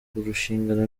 kurushingana